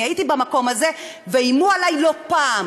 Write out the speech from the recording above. אני הייתי במקום הזה ואיימו עלי לא פעם,